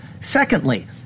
Secondly